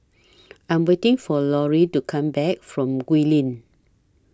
I'm waiting For Lori to Come Back from Gul LINK